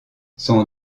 son